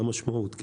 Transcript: מה המשמעות?